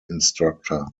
instructor